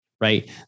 right